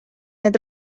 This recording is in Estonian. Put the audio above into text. need